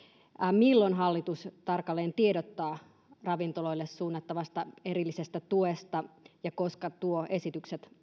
milloin hallitus tarkalleen tiedottaa ravintoloille suunnattavasta erillisestä tuesta ja koska se tuo esitykset